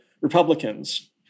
Republicans